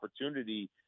opportunity